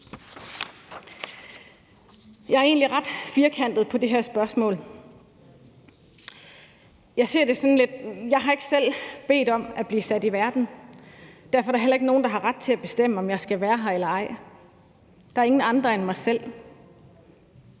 Jeg er egentlig ret firkantet på det her spørgsmål. Jeg ser det lidt sådan: Jeg har ikke selv bedt om at blive sat i verden, og derfor er der heller ikke nogen, der har ret til at bestemme, om jeg skal være her eller ej – ingen andre end mig selv.